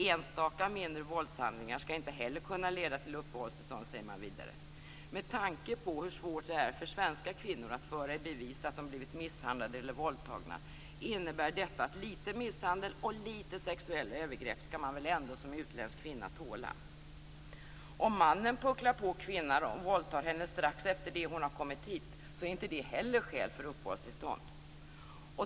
Enstaka mindre våldshandlingar skall inte heller kunna leda till uppehållstillstånd, säger man vidare. Med tanke på hur svårt det är för svenska kvinnor att föra i bevis att de blivit misshandlade eller våldtagna innebär detta att litet misshandel och litet sexuella övergrepp skall man väl ändå som utländsk kvinna tåla. Om mannen pucklar på kvinnan och våldtar henne strax efter det att hon kommit hit så är inte heller det skäl för uppehållstillstånd.